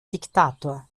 diktator